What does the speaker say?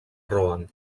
rohan